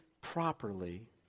properly